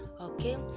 okay